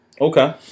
Okay